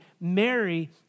Mary